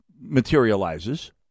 materializes